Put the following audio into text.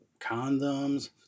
condoms